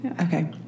Okay